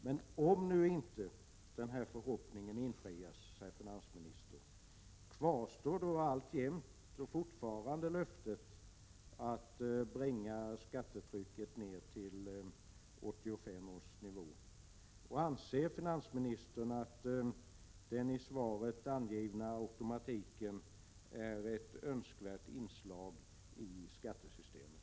Men om inte denna förhoppning infrias, herr finansminister, kvarstår då fortfarande löftet att bringa skattetrycket ner till 1985 års nivå? Anser finansministern att den i svaret angivna automatiken är ett önskvärt inslag i skattesystemet?